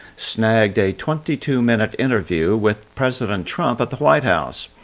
snagged a twenty two minute interview with president trump at the white house.